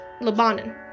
Lebanon